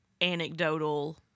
anecdotal